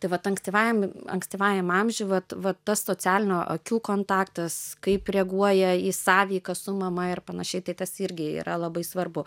tai vat ankstyvajam ankstyvajam amžiui vat vat tas socialinio akių kontaktas kaip reaguoja į sąveiką su mama ir panašiai tai tas irgi yra labai svarbu